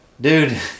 dude